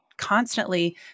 constantly